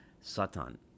satan